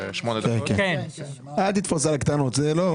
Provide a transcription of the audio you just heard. כן, אל תתפוס על הקטנות, זה לא.